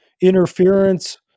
interference